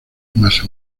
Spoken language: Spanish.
más